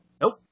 Nope